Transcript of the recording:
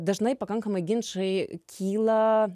dažnai pakankamai ginčai kyla